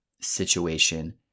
situation